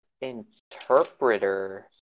interpreter